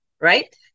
right